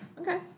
Okay